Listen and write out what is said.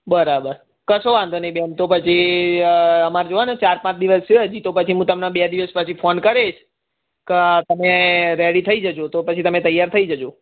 બરાબર કશો વાંધો નહીં બેન તો પછી અમારે જુઓ ને ચાર પાંચ દિવસ છે હજી તો પછી હું તમને બે દિવસ પછી ફોન કરીશ કે તમે રેડી થઇ જજો તો પછી તમે તૈયાર થઇ જજો